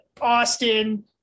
Austin